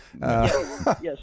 Yes